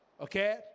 Okay